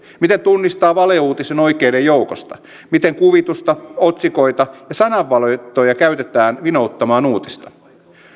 miten tunnistaa valeuutinen oikeiden joukosta miten kuvitusta otsikoita ja sananvalintoja käytetään vinouttamaan uutista